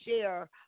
share